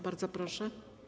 Bardzo proszę.